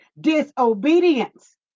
disobedience